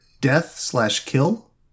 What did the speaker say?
death-slash-kill